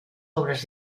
obras